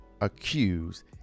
accused